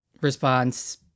response